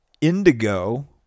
Indigo